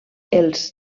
els